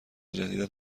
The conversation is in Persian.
جدیدت